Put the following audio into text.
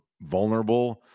vulnerable